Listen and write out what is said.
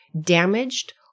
damaged